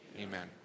Amen